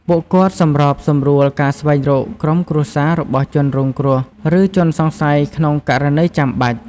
ពួកគាត់សម្របសម្រួលការស្វែងរកក្រុមគ្រួសាររបស់ជនរងគ្រោះ ឬជនសង្ស័យក្នុងករណីចាំបាច់។